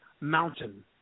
mountain